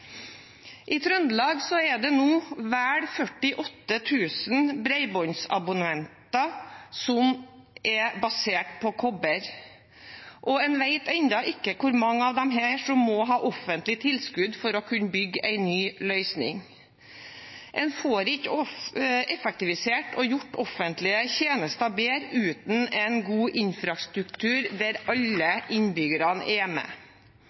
I Trøndelag er det nå vel 48 000 bredbåndsabonnenter som er basert på kobber, og en vet ennå ikke hvor mange av disse som må ha offentlige tilskudd for å kunne bygge en ny løsning. En får ikke effektivisert og gjort offentlige tjenester bedre uten en god infrastruktur der alle innbyggerne er